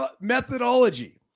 methodology